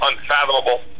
unfathomable